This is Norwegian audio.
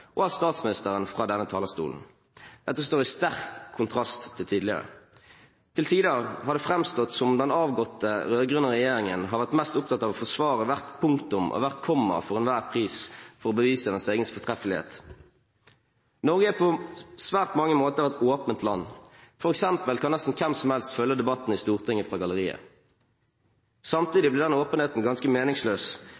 og av statsministeren fra denne talerstolen. Dette står i sterk kontrast til tidligere. Til tider har det framstått som om den avgåtte rød-grønne regjeringen har vært mest opptatt av å forsvare hvert punktum og hvert komma for enhver pris for å bevise sin egen fortreffelighet. Norge er på svært mange måter et åpent land. For eksempel kan nesten hvem som helst følge debattene i Stortinget fra galleriet.